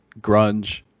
grunge